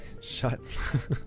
Shut